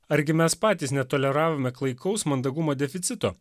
argi mes patys netoleravome klaikaus mandagumo deficito